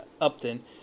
Upton